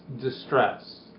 distress